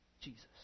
Jesus